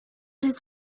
his